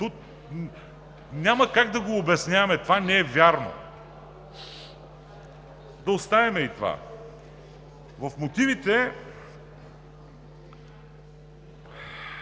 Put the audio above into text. Няма как да го обясняваме. Това не е вярно. Но да оставим и това. В мотивите